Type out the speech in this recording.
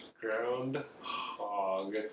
Groundhog